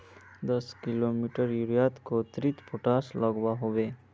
दस किलोग्राम यूरियात कतेरी पोटास लागोहो होबे?